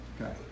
Okay